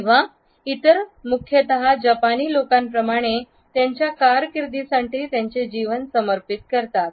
किंवा इतर मुख्यत जपानी लोकांप्रमाणेच त्यांच्या कारकीर्दीसाठी त्यांचे जीवन समर्पित करतात